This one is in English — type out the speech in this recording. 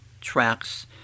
tracks